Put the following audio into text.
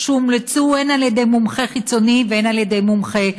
שהקים אוהל לנתיחת גופות של חיות ונמצא כאילו בשיפוץ של המבנה המרכזי.